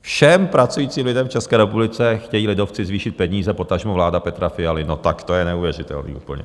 Všem pracujícím lidem v České republice chtějí lidovci zvýšit peníze , potažmo vláda Petra Fialy, no tak to je neuvěřitelný úplně.